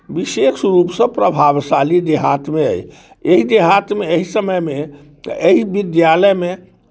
विशेष रूपसँ प्रभावशाली देहातमे अइ एहि देहातमे एहि समयमे तऽ एहि विद्यालयमे